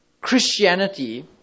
christianity